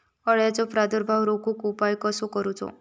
अळ्यांचो प्रादुर्भाव रोखुक उपाय कसो करूचो?